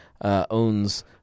owns